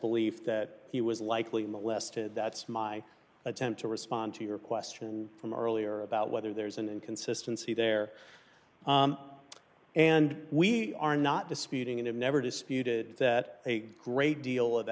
believe that he was likely molested that's my attempt to respond to your question from earlier about whether there's an inconsistency there and we are not disputing and it never disputed that a great deal of